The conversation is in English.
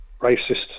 racist